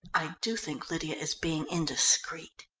i do think lydia is being indiscreet.